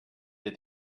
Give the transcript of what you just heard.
that